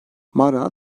mara